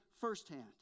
firsthand